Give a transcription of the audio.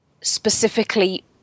specifically